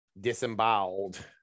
disemboweled